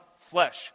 flesh